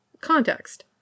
context